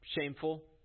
shameful